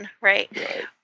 Right